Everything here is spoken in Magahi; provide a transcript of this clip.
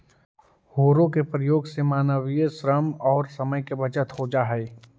हौरो के प्रयोग से मानवीय श्रम औउर समय के बचत हो जा हई